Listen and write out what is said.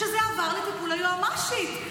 שזה עבר לטיפול היועמ"שית.